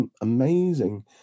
amazing